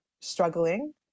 struggling